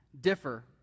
differ